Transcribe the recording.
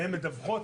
והן מדווחות,